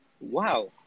Wow